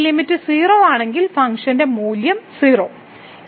ഈ ലിമിറ്റ് 0 ആണെങ്കിൽ ഫംഗ്ഷൻ മൂല്യം 0